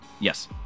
Yes